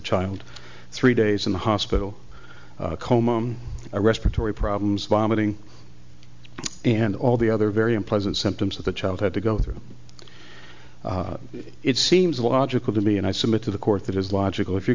child three days in the hospital coma or respiratory problems vomiting and all the other very unpleasant symptoms that the child had to go through it seems logical to me and i submit to the court that is logical if you're